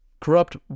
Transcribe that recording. corrupt